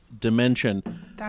dimension